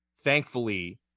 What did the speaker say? thankfully